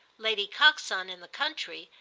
lady coxon, in the country,